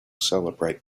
celebrate